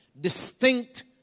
distinct